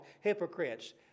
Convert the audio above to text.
hypocrites